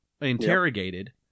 interrogated